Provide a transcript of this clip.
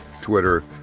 Twitter